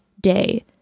day